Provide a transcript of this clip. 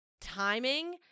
timing